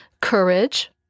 courage